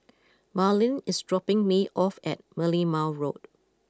Marleen is dropping me off at Merlimau Road